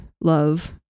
Love